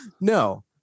No